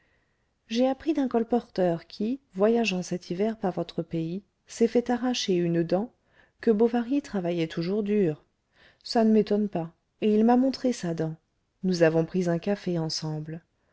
j'ai appris d'un colporteur qui voyageant cet hiver par votre pays s'est fait arracher une dent que bovary travaillait toujours dur ça ne m'étonne pas et il m'a montré sa dent nous avons pris un café ensemble